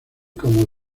como